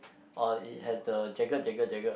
or it has the jagged jagged jagged